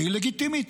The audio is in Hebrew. שהיא לגיטימית,